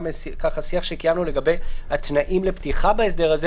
קיימנו שיח לגבי התנאים לפתיחה בהסדר הזה